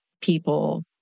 people